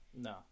No